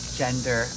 gender